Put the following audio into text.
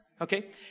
Okay